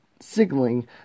signaling